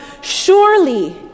surely